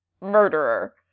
murderer